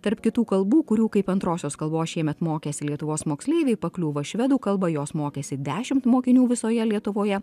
tarp kitų kalbų kurių kaip antrosios kalbos šiemet mokėsi lietuvos moksleiviai pakliūva švedų kalba jos mokėsi dešimt mokinių visoje lietuvoje